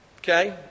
Okay